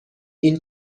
این